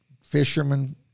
fishermen